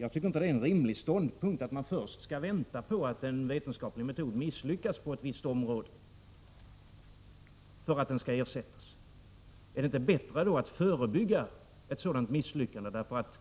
Jag tycker inte att det är en rimlig ståndpunkt att man först skall vänta på att en vetenskaplig metod misslyckas på ett visst område för att den skall ersättas. Är det inte bättre att förebygga ett sådant misslyckande? Det finns